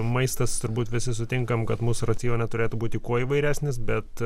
maistas turbūt visi sutinkam kad mūsų racione turėtų būti kuo įvairesnis bet